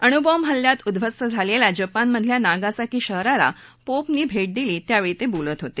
अणूबाँब हल्ल्यात उद्दवस्त झालेल्या जपानमधल्या नागासाकी शहराला पोपनी भेट दिली त्यावेळी ते बोलत होते